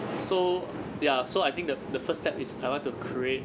so ya so I think the the first step is I want to create